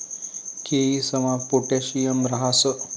केयीसमा पोटॅशियम राहस